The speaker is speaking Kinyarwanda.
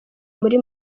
muri